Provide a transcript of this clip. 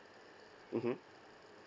mmhmm